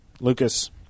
Lucas